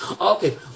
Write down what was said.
okay